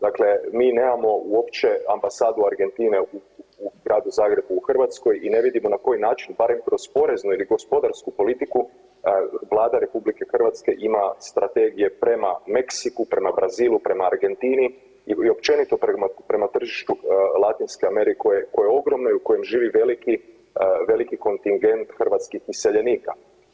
Dakle, mi nemamo uopće ambasadu Argentine u Gradu Zagrebu u Hrvatskoj i ne vidimo na koji način, barem kroz poreznu ili gospodarsku politiku Vlada RH ima strategije prema Meksiku, prema Brazilu, prema Argentini i općenito prema tržištu Latinske Amerike koje, koje je ogromno i u kojem živi veliki, veliki kontingent hrvatskih iseljenika.